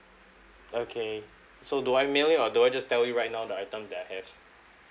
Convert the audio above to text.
okay so do I mail it or do I just tell you right now the items that I have